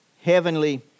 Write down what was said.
heavenly